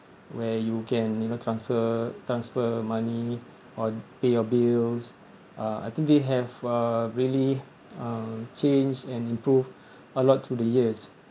where you can even transfer transfer money or pay your bills uh I think they have uh really uh changed and improved a lot through the years